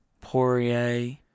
Poirier